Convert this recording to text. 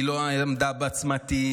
היא לא עמדה בצמתים,